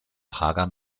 prager